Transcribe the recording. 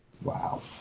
Wow